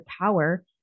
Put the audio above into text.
power